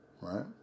right